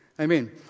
Amen